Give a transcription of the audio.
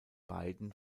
beiden